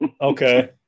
Okay